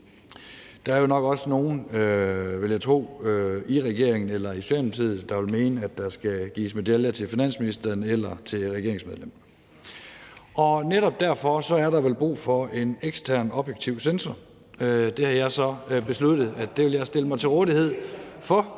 Der er jo nok også nogle, vil jeg tro, i regeringen eller i Socialdemokratiet, der vil mene, at der skal gives en medalje til finansministeren eller et andet regeringsmedlem. Netop derfor er der vel brug for en ekstern, objektiv censor. Det har jeg så besluttet at jeg vil stille mig til rådighed for.